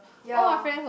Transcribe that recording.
ya